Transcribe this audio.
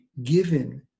given